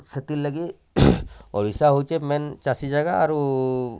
ସେଥିର୍ ଲାଗି ଓଡ଼ିଶା ହେଇଛେଁ ମେନ୍ ଚାଷୀ ଜାଗା ଆରୁ